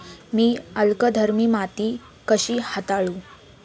मी अल्कधर्मी माती कशी हाताळू?